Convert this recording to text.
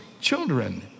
children